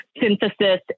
synthesis